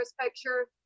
picture